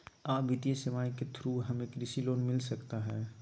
आ वित्तीय सेवाएं के थ्रू हमें कृषि लोन मिलता सकता है?